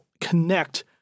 connect